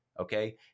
okay